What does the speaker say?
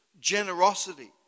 generosity